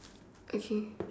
okay